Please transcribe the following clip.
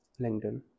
LinkedIn